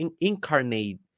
incarnate